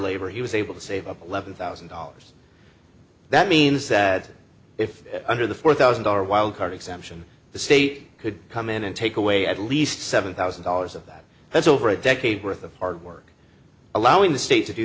labor he was able to save up eleven thousand dollars that means that if under the four thousand dollar wildcard exemption the state could come in and take away at least seven thousand dollars of that that's over a decade worth of hard work allowing the state to do